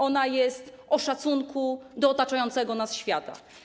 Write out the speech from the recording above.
Ona jest o szacunku do otaczającego nas świata.